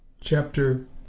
Chapter